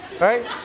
Right